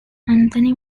anthony